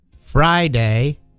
Friday